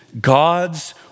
God's